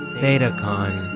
Thetacon